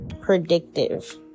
predictive